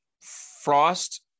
Frost